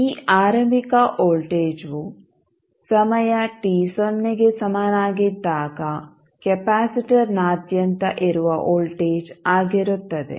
ಈ ಆರಂಭಿಕ ವೋಲ್ಟೇಜ್ವು ಸಮಯ t ಸೊನ್ನೆಗೆ ಸಮನಾಗಿದ್ದಾಗ ಕೆಪಾಸಿಟರ್ನಾದ್ಯಂತ ಇರುವ ವೋಲ್ಟೇಜ್ ಆಗಿರುತ್ತದೆ